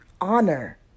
honor